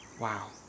Wow